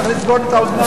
צריך לסגור את האוזניים.